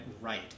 right